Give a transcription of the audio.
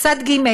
צד ג'.